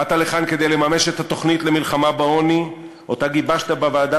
באת לכאן כדי לממש את התוכנית למלחמה בעוני שגיבשת בוועדה